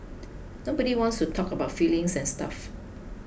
nobody wants to talk about feelings and stuff